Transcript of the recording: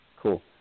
Cool